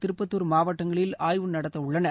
திருப்பத்தூர் மாவட்டங்களில் ஆய்வு நடத்தவுள்ளனர்